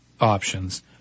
options